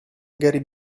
gary